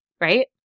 Right